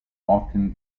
often